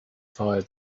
fire